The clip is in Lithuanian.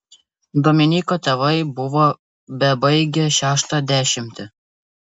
dominyko tėvai buvo bebaigią šeštą dešimtį